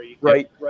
right